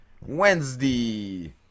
Wednesday